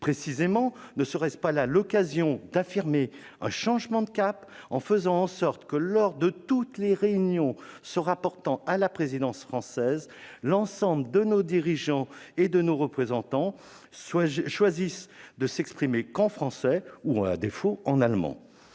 Précisément, n'y aurait-il pas là l'occasion d'affirmer un changement de cap en faisant en sorte que, lors de toutes les réunions se rapportant à la présidence française, l'ensemble de nos dirigeants et de nos représentants choisissent de ne s'exprimer qu'en français ou, à défaut, en allemand